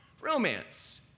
romance